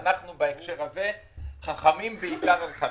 בהקשר הזה אנחנו חכמים בעיקר על חלשים.